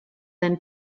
than